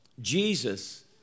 Jesus